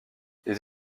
les